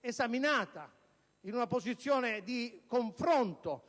esaminati in una posizione di confronto